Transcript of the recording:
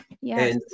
yes